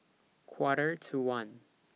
Quarter to one